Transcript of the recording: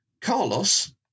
Carlos